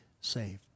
saved